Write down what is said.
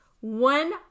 One